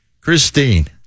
Christine